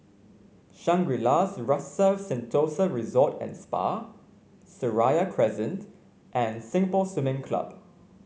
Shangri La's Rasa Sentosa Resort and Spa Seraya Crescent and Singapore Swimming Club